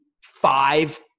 five